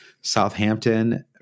Southampton